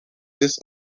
this